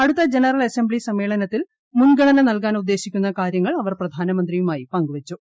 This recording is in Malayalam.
അടുത്ത ജനറൽ അസംബ്ലി സമ്മേളനത്തിൽ മുൻഗണന നൽകാൻ ഉദ്ദേശിക്കുന്ന കാര്യങ്ങൾ അവർ പ്രധാനമന്ത്രിയുമായി പങ്കു വെച്ചു